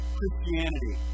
Christianity